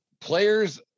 Players